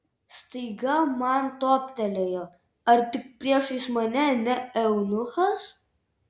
staiga man toptelėjo ar tik priešais mane ne eunuchas